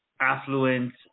affluent